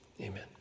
amen